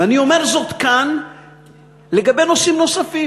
ואני אומר זאת כאן לגבי נושאים נוספים.